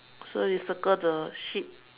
so you circle the sheep